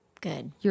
Good